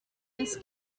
this